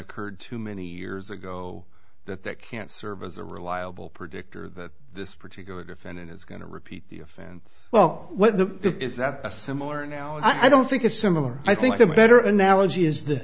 occurred too many years ago that that can't serve as a reliable predictor that this particular defendant is going to repeat the offense well what the is that a similar now i don't think it's similar i think the better analogy is th